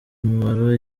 mimaro